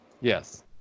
Yes